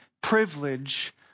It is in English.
privilege